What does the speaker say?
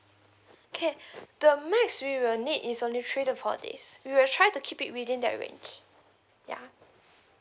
okay the max we will need is only three to four days we will try to keep it within that range yeah